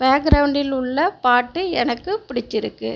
பேக்ரவுண்டில் உள்ள பாட்டு எனக்கு பிடிச்சுருக்கு